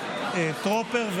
טרופר,